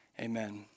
Amen